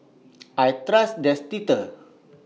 I Trust Dentiste